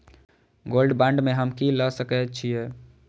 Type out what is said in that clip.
Gold bond में हम की ल सकै छियै?